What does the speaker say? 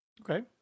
okay